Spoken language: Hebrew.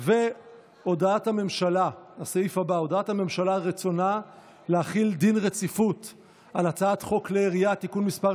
על רצונה להחיל דין רציפות על הצעת חוק הארכת השעיה של עובד